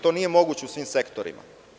To nije moguće u svim sektorima.